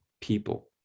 people